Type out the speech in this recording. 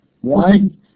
One